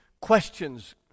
questions